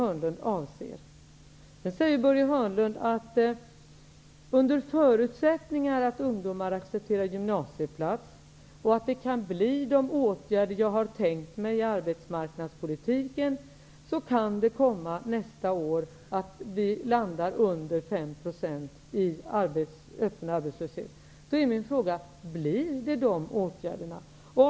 Börje Hörnlund säger vidare, att under förutsättning av att ungdomar accepterar gymnasieplats och att det kan vidtas sådana åtgärder som han har tänkt sig i arbetsmarknadspolitiken, kan den öppna arbetslösheten nästa år komma att landa under 5 %. Då är min fråga: Kommer de åtgärderna att vidtas?